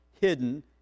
hidden